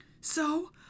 So